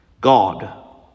God